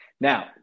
Now